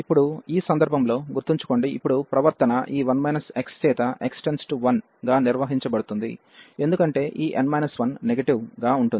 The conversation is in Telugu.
ఇప్పుడు ఈ సందర్భంలో గుర్తుంచుకోండి ఇప్పుడు ప్రవర్తన ఈ 1 x చేత x→1 గా నిర్వహించబడుతుంది ఎందుకంటే ఈ n 1 నెగటివ్ గా ఉంటుంది